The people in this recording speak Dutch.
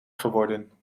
geworden